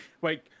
Wait